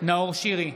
נאור שירי,